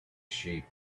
sheep